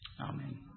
Amen